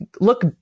look